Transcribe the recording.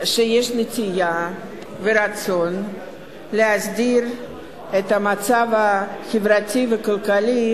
שיש נטייה ורצון להסדיר את המצב החברתי והכלכלי